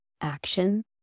action